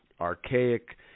archaic